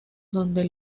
donde